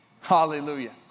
Hallelujah